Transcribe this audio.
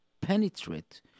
penetrate